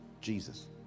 Jesus